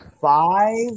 five